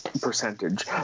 percentage